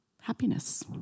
happiness